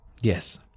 Yes